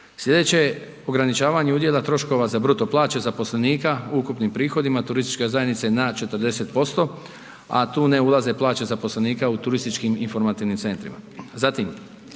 Sljedeće, ograničavanje udjela troškova za bruto plaće zaposlenika u ukupnim prihodima, turistička zajednice na 40%, a tu ne ulaze plaće zaposlenika u turističkim informativnim centrima.